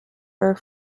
are